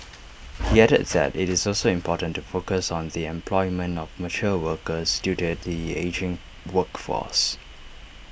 he added that IT is also important to focus on the employment of mature workers due to the ageing workforce